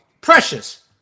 Precious